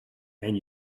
and